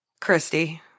Christy